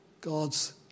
God's